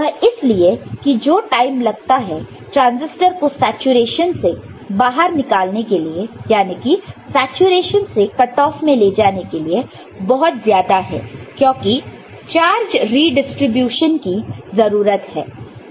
वह इसलिए कि जो टाइम लगता है ट्रांसिस्टर को सैचुरैशन से बाहर निकालने के लिए यानी कि सैचुरेशन से कट ऑफ में ले जाने के लिए बहुत ज्यादा है क्योंकि चार्ज रीडिसटीब्यूशन की जरूरत है